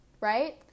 right